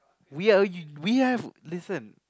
we are you we have listen